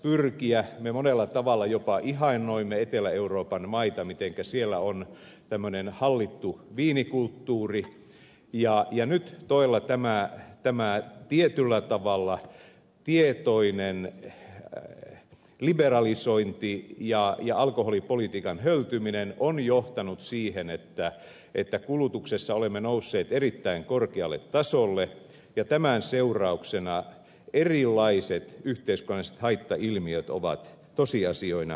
me monella tavalla jopa ihannoimme etelä euroopan maita mitenkä siellä on tämmöinen hallittu viinikulttuuri ja nyt todella tämä tietyllä tavalla tietoinen liberalisointi ja alkoholipolitiikan höltyminen on johtanut siihen että kulutuksessa olemme nousseet erittäin korkealle tasolle ja tämän seurauksena erilaiset yhteiskunnalliset haittailmiöt ovat tosiasioina edessämme